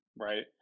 right